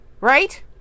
right